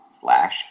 slash